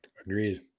Agreed